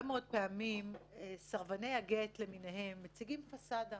מאוד פעמים סרבני הגט למיניהם מציגים פסאדה